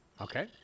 Okay